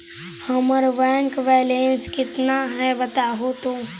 हमर bank balance केतना है बताहु तो?